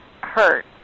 hurt